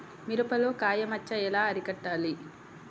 మిరపలో కాయ మచ్చ ఎలా అరికట్టాలి?